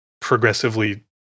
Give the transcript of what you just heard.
progressively